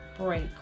break